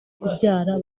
kubyara